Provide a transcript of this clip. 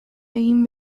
egin